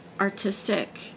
artistic